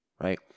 right